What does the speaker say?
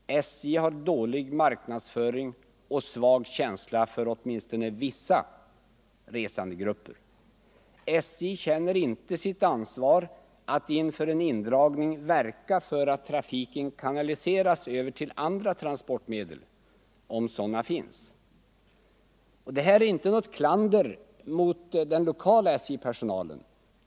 SJ har dålig marknadsföring och svag känsla för åtminstone vissa resandegrupper. SJ känner inte sitt ansvar att inför en indragning verka för att trafiken kanaliseras till andra transportmedel, om sådana finns. Detta är inte något klander mot den lokala SJ-personalen.